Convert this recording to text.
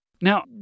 Now